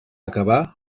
acabar